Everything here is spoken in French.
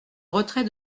retrait